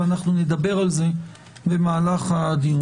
ונדבר על כך בדיון.